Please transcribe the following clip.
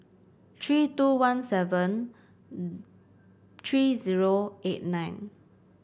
three two one seven three zero eight nine